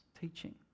teaching